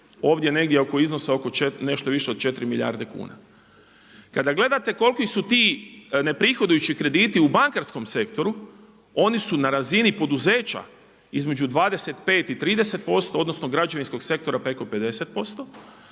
ovdje negdje oko iznosa nešto više od 4 milijarde kuna. Kada gledate koliki su ti neprihodujući krediti u bankarskom sektoru oni su na razini poduzeća između 25 i 30%, odnosno građevinskog sektora preko 50%.